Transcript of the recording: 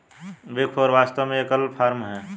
big four वास्तव में एक एकल फर्म है